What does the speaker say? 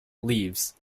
leaves